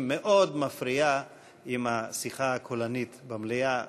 מאוד מפריעה עם השיחה הקולנית במליאה,